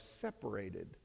separated